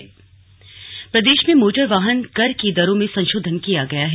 slug motor वाहन प्रदेश में मोटर वाहन कर की दरों में संशोधन किया गया है